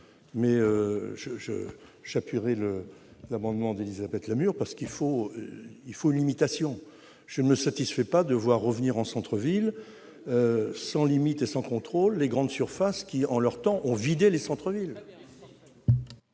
Je soutiens l'amendement d'Élisabeth Lamure, parce qu'il faut une limitation. Je ne me satisfais pas de voir revenir en centre-ville, sans limites et sans contrôle, les grandes surfaces qui ont vidé les centres-villes.